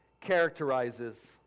characterizes